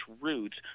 roots